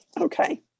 Okay